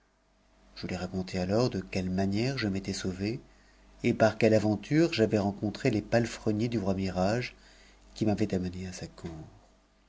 je lui racontai alors de quelle manière je m'étais sauvé et par quelle aventure j'avais rencontré les palefreniers du roi mihrage qui m'avaient amené à sa cour